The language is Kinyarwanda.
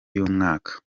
y’umwaka